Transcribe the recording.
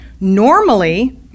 Normally